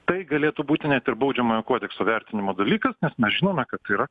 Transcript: tai galėtų būti net ir baudžiamojo kodekso vertinimo dalykas nes na žinome kad tai yra